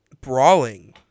brawling